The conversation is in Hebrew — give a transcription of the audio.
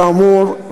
כאמור,